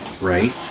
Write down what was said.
right